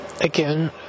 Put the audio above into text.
again